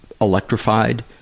Electrified